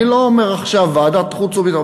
אני לא אומר עכשיו "ועדת חוץ וביטחון".